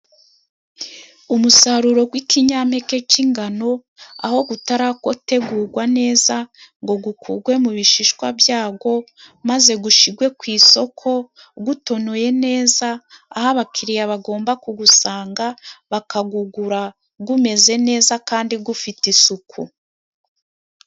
Umusaruro w'ikinyampeke cy'ingano aho utarategurwa neza ngo ukurwe mu bishishwa byawo maze ushyirwe ku isoko utonoye neza aho abakiriya bagomba kuwusanga bakawugura umeze neza kandi ufite isuku.